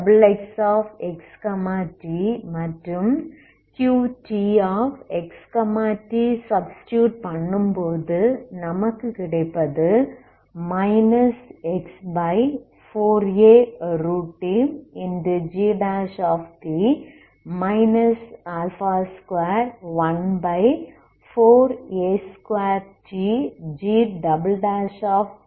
Qxxx t மற்றும் Qtx t substitute பண்ணும்போது நமக்கு கிடைப்பது x4αttgp 2142tgp0 ஆகும்